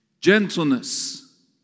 Gentleness